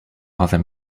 other